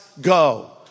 go